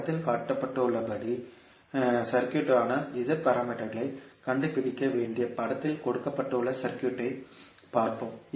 படத்தில் காட்டப்பட்டுள்ள சர்க்யூட்க்கான Z பாராமீட்டர்களைக் கண்டுபிடிக்க வேண்டிய படத்தில் கொடுக்கப்பட்டுள்ள சர்க்யூட் ஐ பார்ப்போம்